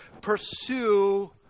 pursue